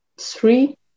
three